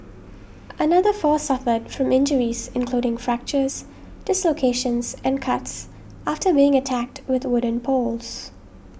another four suffered from injuries including fractures dislocations and cuts after being attacked with wooden poles